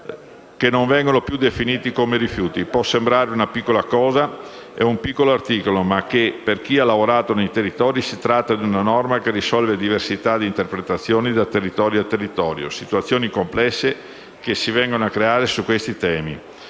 che non vengono più definiti come rifiuti. Può sembrare una piccola cosa, è un piccolo articolo; ma per chi ha lavorato sui territori si tratta di una norma che risolve diversità di interpretazione da territorio a territorio, situazioni complesse che si vengono a creare su questi temi: